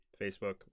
Facebook